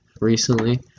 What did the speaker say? recently